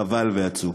חבל ועצוב.